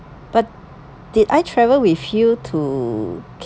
but did I travel with you to